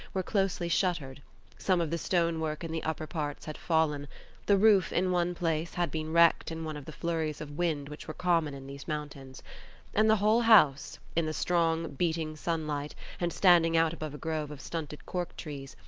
were closely shuttered some of the stone-work in the upper parts had fallen the roof, in one place, had been wrecked in one of the flurries of wind which were common in these mountains and the whole house, in the strong, beating sunlight, and standing out above a grove of stunted cork-trees,